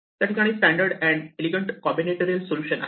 त्या ठिकाणी standard and elegant combinatorial solution आहे